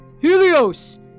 Helios